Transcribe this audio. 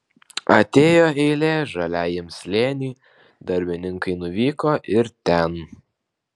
atėjo eilė žaliajam slėniui darbininkai nuvyko ir ten